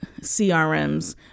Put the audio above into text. CRMs